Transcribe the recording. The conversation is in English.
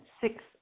six